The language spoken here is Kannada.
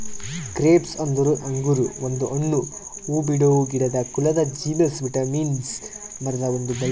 ಗ್ರೇಪ್ಸ್ ಅಂದುರ್ ಅಂಗುರ್ ಒಂದು ಹಣ್ಣು, ಹೂಬಿಡೋ ಗಿಡದ ಕುಲದ ಜೀನಸ್ ವಿಟಿಸ್ ಮರುದ್ ಒಂದ್ ಬಳ್ಳಿ